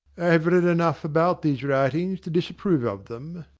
i have read enough about these writings to disapprove of them.